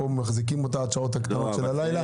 מחזיקים אותה עד השעות הקטנות של הלילה.